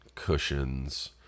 cushions